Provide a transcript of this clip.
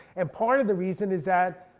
and part of the reason is that,